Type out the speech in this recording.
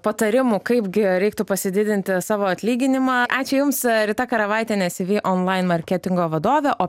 patarimų kaip gi reiktų pasididinti savo atlyginimą ačiū jums rita karavaitienė cv online marketingo vadovė o